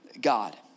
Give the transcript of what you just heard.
God